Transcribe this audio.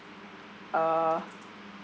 uh